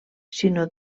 sinó